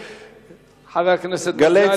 חבר הכנסת יעקב כץ.